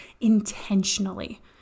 intentionally